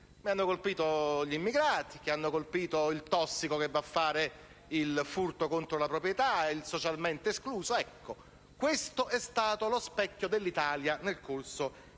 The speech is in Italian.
ma hanno colpito gli immigrati, il tossico che va a fare il furto contro la proprietà, il socialmente escluso. Questo è stato lo specchio dell'Italia nel corso di